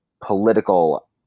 political